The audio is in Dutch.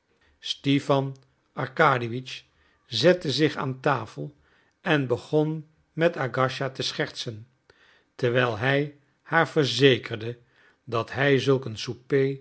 stipan arkadiewitsch zette zich aan tafel en begon met agasija te schertsen terwijl hij haar verzekerde dat hij zulk een